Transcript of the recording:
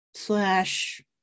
slash